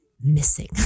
missing